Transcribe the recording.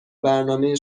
برنامه